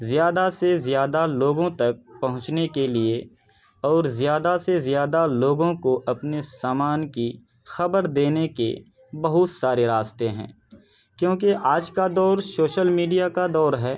زیادہ سے زیادہ لوگوں تک پہنچنے کے لیے اور زیادہ سے زیادہ لوگوں کو اپنے سامان کی خبر دینے کے بہت سارے راستے ہیں کیوںکہ آج کا دور سوشل میڈیا کا دور ہے